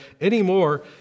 anymore